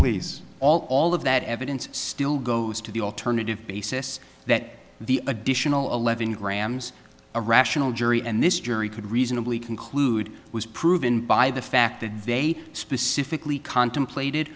please all of that evidence still goes to the alternative basis that the additional eleven grams a rational jury and this jury could reasonably conclude was proven by the fact that they specifically contemplated